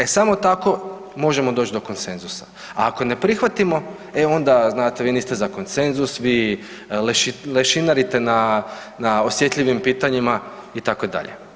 E samo tako možemo doći do konsenzusa, a ako ne prihvatimo e onda znate vi niste za konsenzus, vi lešinarite na osjetljivim pitanjima itd.